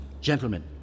Gentlemen